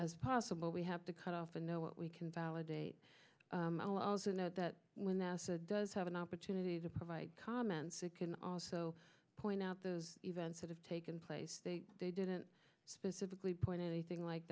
as possible we have to cut off and know what we can validate i'll also know that when the fed does have an opportunity to provide comments it can also point out those events that have taken place they didn't specifically point out anything like